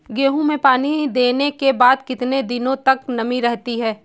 गेहूँ में पानी देने के बाद कितने दिनो तक नमी रहती है?